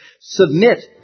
submit